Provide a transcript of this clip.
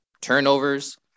turnovers